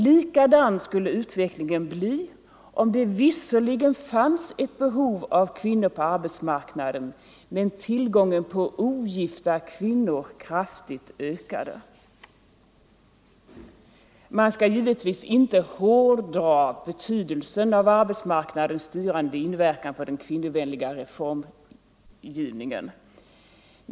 Likadan skulle utvecklingen bli om det visserligen fanns ett behov av kvinnor på arbetsmarknaden men tillgången på ogifta kvinnor kraftigt ökade. Man skall givetvis inte hårdraga betydelsen av arbetsmarknadens styrande inverkan på det kvinnovänliga reformarbetet.